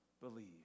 believe